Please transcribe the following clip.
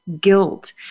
guilt